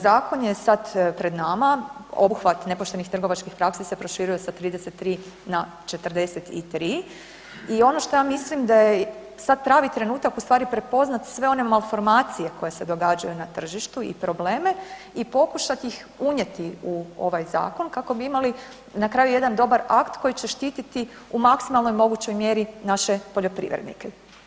Zakon je sad pred nama, obuhvat nepoštenih trgovačkih praksi se proširuje sa 33 na 43 i ono što ja mislim da je sad pravi trenutak u stvari prepoznati sve one malformacije koje se događaju na tržištu i probleme i pokušat ih unijeti u ovaj Zakon, kako bi imali na kraju jedan dobar akt koji će štititi u maksimalnoj mogućoj mjeri naše poljoprivrednike.